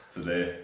Today